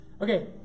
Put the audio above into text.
Okay